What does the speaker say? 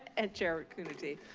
and chair coonerty.